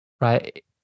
right